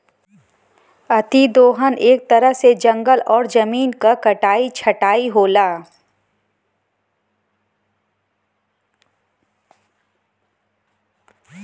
अति दोहन एक तरह से जंगल और जमीन क कटाई छटाई होला